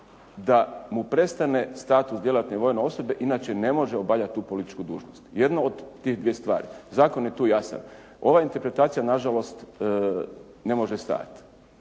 da mu prestane status djelatne vojne osobe, inače ne može obavljati tu političku dužnost. Jedno od te dvije stvari. Zakon je tu jasan. Ova interpretacija nažalost ne može stajati.